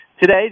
today